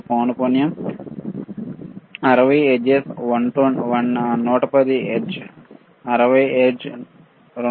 పౌనపున్యం 60 hertz 110 volt 60 hertz 230 వోల్ట్లు 50 hertz